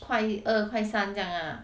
块二块三这样 lah